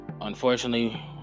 unfortunately